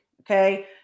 okay